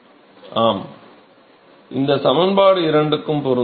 மாணவர் இந்த சமன்பாடு இரண்டுக்கும் பொருந்தும்